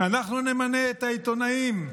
אנחנו נמנה את העיתונאים,